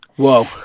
whoa